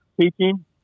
teaching